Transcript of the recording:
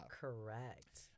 correct